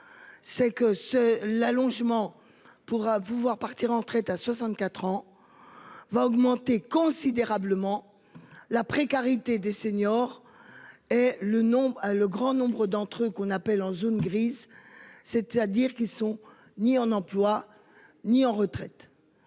C'est que ce l'allongement pourra pouvoir partir en retraite à 64 ans. Va augmenter considérablement la précarité des seniors. Et le nom le grand nombre d'entre eux, qu'on appelle en zone grise, c'est-à-dire qui sont ni en emploi, ni en retraite.